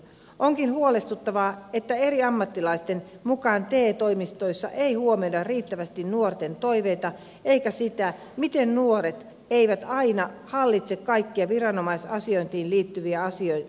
onkin huolestuttavaa että eri ammattilaisten mukaan te toimistoissa ei huomioida riittävästi nuorten toiveita eikä sitä miten nuoret eivät aina hallitse kaikkia viranomaisasiointiin liittyviä asioita